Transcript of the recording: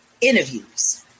interviews